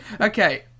Okay